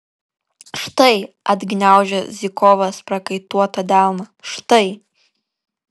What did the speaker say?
štai atgniaužia zykovas prakaituotą delną štai